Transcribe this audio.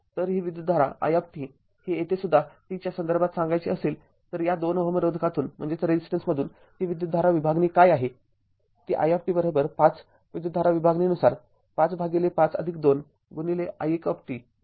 तर ही विद्युतधारा i ही येथे सुद्धा t च्या संदर्भात सांगायची असेल तर या २ Ω रोधातून ती विद्युतधारा विभागणी काय आहे ती i५ विद्युतधारा विभागणी नुसार ५ भागिले ५२ i १ आहे